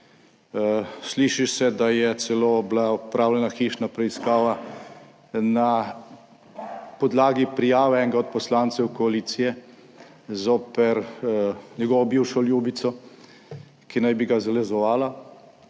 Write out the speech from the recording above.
Sliši se, da je celo bila opravljena hišna preiskava na podlagi prijave enega od poslancev koalicije zoper njegovo bivšo ljubico, ki naj bi ga zalezovala,